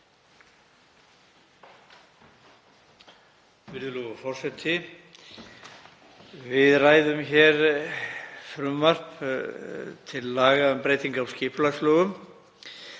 Við ræðum hér frumvarp til laga um breytingu á skipulagslögum